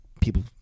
People